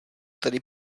tedy